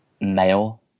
male